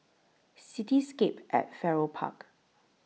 Cityscape At Farrer Park